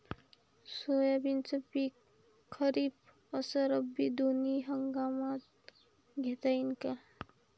सोयाबीनचं पिक खरीप अस रब्बी दोनी हंगामात घेता येईन का?